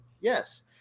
Yes